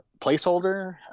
placeholder